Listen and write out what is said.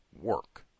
work